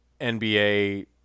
NBA